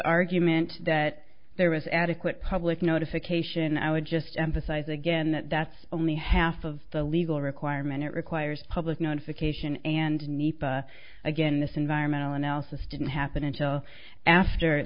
argument that there was adequate public notification i would just emphasize again that that's only half of the legal requirement it requires public notification and nepa again this environmental analysis didn't happen until after